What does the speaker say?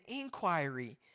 inquiry